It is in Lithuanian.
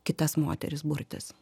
kitas moteris burtis